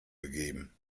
begeben